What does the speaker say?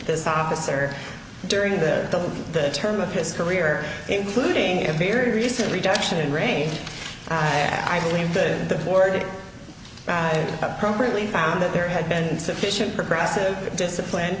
this officer during the the term of his career including a very recent reduction in range i believe the board by appropriately found that there had been sufficient progressive discipline